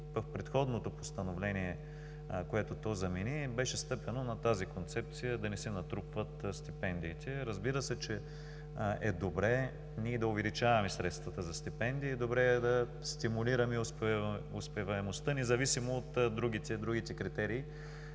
в предходното постановление, което то замени, беше стъпено на тази концепция да не се натрупват стипендиите. Разбира се, че е добре ние да увеличаваме средствата за стипендии. Добре е да стимулиране успеваемостта, независимо от другите критерии.